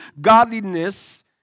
godliness